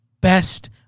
best